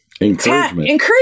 encouragement